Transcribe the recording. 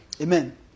Amen